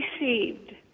received